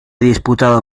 disputada